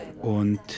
und